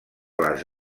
les